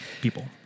people